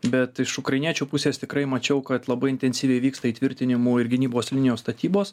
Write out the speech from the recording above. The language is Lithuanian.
bet iš ukrainiečių pusės tikrai mačiau kad labai intensyviai vyksta įtvirtinimų ir gynybos linijos statybos